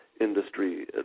industry